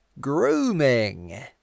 Grooming